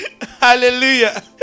Hallelujah